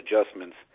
adjustments